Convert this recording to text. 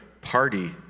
party